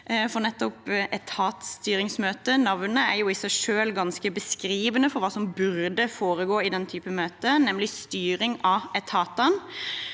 «etatsstyringsmøte» er i seg selv ganske beskrivende for hva som burde foregå i den typen møter, nemlig styring av etatene.